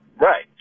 Right